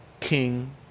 king